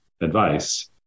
advice